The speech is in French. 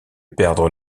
perdre